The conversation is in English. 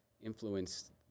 influence